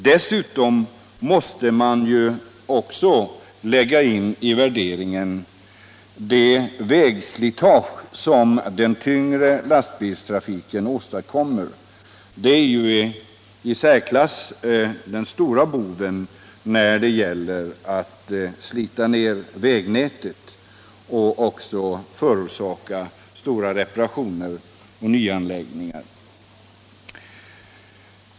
Dessutom måste man i värderingen ta med det vägslitage som den tyngre lastbilstrafiken åstadkommer. Denna är den i särklass största boven när det gäller att slita ned vägnätet och förorsaka behov av stora reparationer och nyanläggningar.